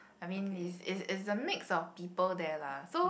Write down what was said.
I mean it's it's it's a mix of people there lah so